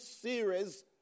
series